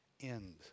end